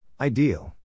Ideal